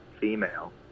female